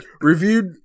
reviewed